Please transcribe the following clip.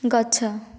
ଗଛ